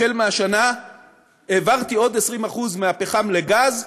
מהשנה העברתי עוד 20% מהפחם לגז,